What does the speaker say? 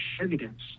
evidence